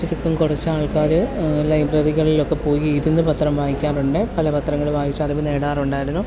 ചുരുക്കം കുറച്ച് ആൾക്കാർ ലൈബ്രറികളിലൊക്കെ പോയി ഇരുന്ന് പത്രം വായിക്കാറുണ്ട് പല പത്രങ്ങൾ വായിച്ച് അറിവ് നേടാറുണ്ടായിരുന്നു